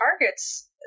targets